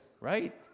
right